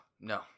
No